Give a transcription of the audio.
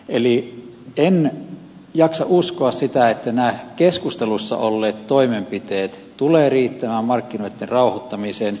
eli en jaksa uskoa sitä että nämä keskustelussa olleet toimenpiteet tulevat riittämään markkinoitten rauhoittamiseen